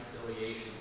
reconciliation